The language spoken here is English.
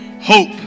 Hope